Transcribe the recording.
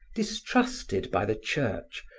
distrusted by the church,